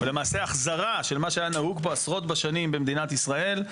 ולמעשה החזרה של מה שהיה נהוג עשרות בשנים במדינת ישראל,